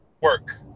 work